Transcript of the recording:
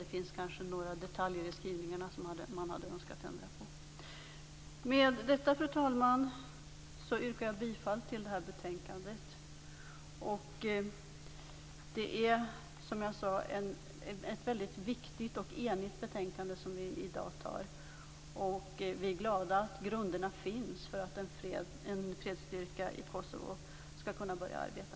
Det finns kanske några detaljer i skrivningarna som man hade önskat ändra på. Fru talman! Med detta yrkar jag bifall till utskottets hemställan i betänkandet. Det är ett väldigt viktigt och enigt betänkande som vi i dag fattar beslut om. Vi är glada att grunderna finns för att en fredsstyrka i Kosovo skall kunna börja arbeta.